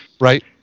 right